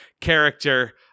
character